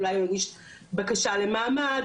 אולי יש בקשה למעמד,